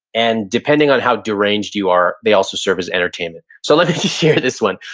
and depending on how deranged you are, they also serve as entertainment. so let me just share this one.